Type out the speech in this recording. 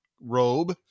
robe